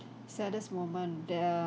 saddest moment that uh